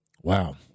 wow